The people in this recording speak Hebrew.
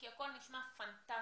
כי הכול נשמע פנטסטי,